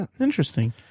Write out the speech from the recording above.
Interesting